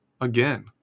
again